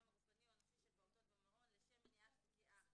הגופני או הנפשי של פעוטות במעון לשם מניעת פגיעה